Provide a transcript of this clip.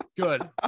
Good